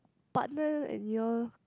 partner and your